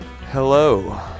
Hello